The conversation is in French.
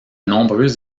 nombreux